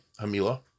Amila